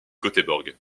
göteborg